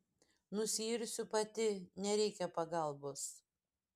nusiirsiu pati nereikia pagalbos